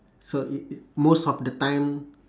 so it it most of the time